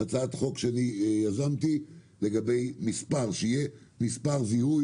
הצעת חוק שאני יזמתי שאומרת שיהיה מספר זיהוי